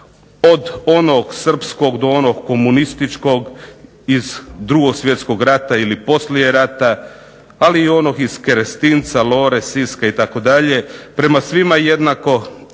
Od onog srpskog do onog komunističkog iz 2. svjetskog rata ili poslije rata, ali i onog iz Kerestinca, Lore, Siska itd. prema svima jednako.